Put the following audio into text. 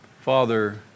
Father